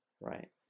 Right